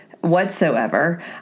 whatsoever